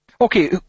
Okay